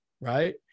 right